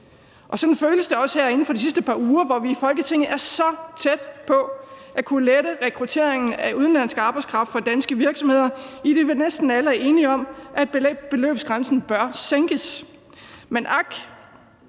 Og sådan føles det også her inden for de sidste par uger, hvor vi i Folketinget er så tæt på at kunne lette rekrutteringen af udenlandsk arbejdskraft for danske virksomheder, idet vi næsten alle er enige om, at beløbsgrænsen bør sænkes. Man ak,